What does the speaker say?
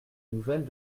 nouvelles